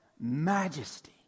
Majesty